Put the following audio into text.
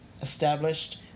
established